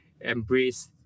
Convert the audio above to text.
embrace